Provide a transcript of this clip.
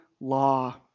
law